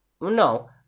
No